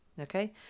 Okay